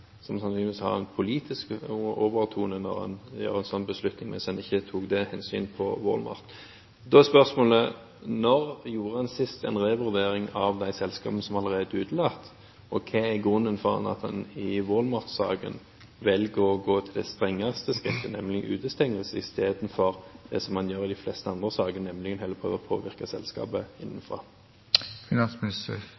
har sannsynligvis en politisk overtone når en gjør en sånn beslutning, mens en ikke tok det hensyn når det gjaldt Wal-Mart. Da er spørsmålet: Når gjorde en sist en revurdering av de selskapene som allerede er utelatt? Og hva er grunnen for at han i Wal-Mart-saken velger å gå til det strengeste skrittet – nemlig utestenging – istedenfor det som man gjør i de fleste andre saker, nemlig heller å prøve å påvirke selskapet